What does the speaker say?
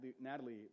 Natalie